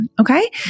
Okay